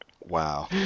Wow